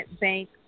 bank